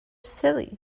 silly